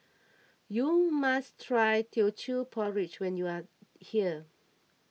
you must try Teochew Porridge when you are here